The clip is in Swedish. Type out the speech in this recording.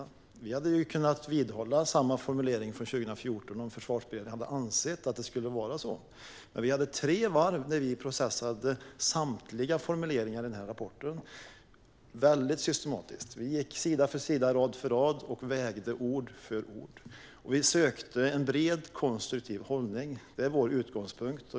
Vi hade kunnat bibehålla formuleringen från 2014 om Försvarsberedningen hade ansett att det skulle vara så. Men vi hade tre varv där vi mycket systematiskt processade samtliga formuleringar i rapporten. Vi gick igenom sida för sida och rad för rad och vägde ord för ord. Vi sökte en bred, konstruktiv hållning; det är vår utgångspunkt.